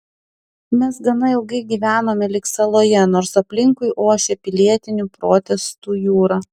mes gana ilgai gyvenome lyg saloje nors aplinkui ošė pilietinių protestų jūra